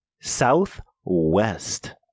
southwest